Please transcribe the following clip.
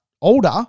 older